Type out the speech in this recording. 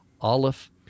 Aleph